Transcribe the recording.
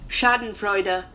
Schadenfreude